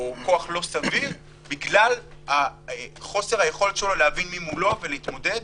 כוח לא סביר בגלל חוסר היכולת שלו להבין מי מולו ולהתמודד.